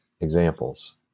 examples